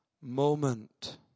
moment